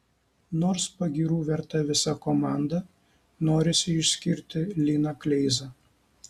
nors pagyrų verta visa komanda norisi išskirti liną kleizą